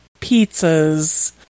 pizzas